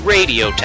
Radio